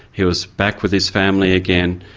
he was back with his family again,